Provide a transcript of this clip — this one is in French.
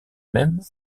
même